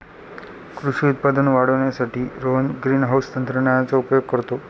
कृषी उत्पादन वाढवण्यासाठी रोहन ग्रीनहाउस तंत्रज्ञानाचा उपयोग करतो